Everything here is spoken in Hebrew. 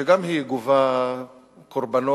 שגם הם גובים קורבנות